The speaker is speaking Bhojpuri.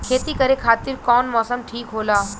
खेती करे खातिर कौन मौसम ठीक होला?